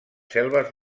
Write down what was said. selves